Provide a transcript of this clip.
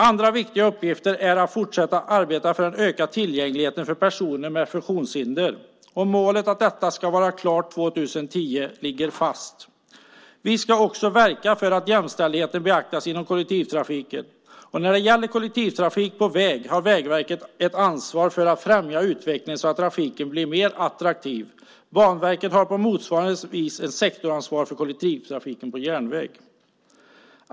Andra viktiga uppgifter är att fortsätta att arbeta för en ökad tillgänglighet för personer med funktionshinder. Målet att detta ska vara klart år 2010 ligger fast. Vi ska också verka för att jämställdheten beaktas inom kollektivtrafiken. När det gäller kollektivtrafik på väg har Vägverket ett ansvar för att främja utvecklingen så att trafiken blir mer attraktiv. Banverket har på motsvarande vis ett sektoransvar för kollektivtrafiken på järnväg.